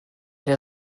der